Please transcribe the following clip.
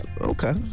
Okay